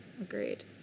agreed